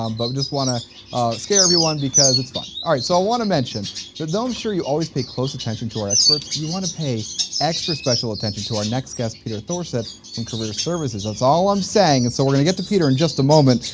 um but just want to scare everyone because it's fun. alright so i want to mention that though i'm sure you always pay close attention to our experts you want to pay extra special attention to our next guest peter thorsett from career services. that's all i'm saying and so we're gonna get to peter in and just a moment,